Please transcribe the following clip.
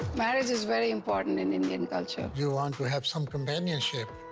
marriage is very important in indian culture. you want to have some companionship.